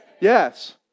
Yes